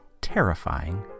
terrifying